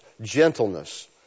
gentleness